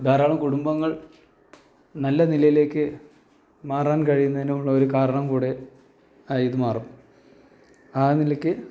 ധാരാളം കുടുംബങ്ങൾ നല്ല നിലയിലേക്ക് മാറാൻ കഴിയുന്നതിനുമുള്ള ഒരു കാരണം കൂടെ ആയി ഇത് മാറും ആ നിലയ്ക്ക്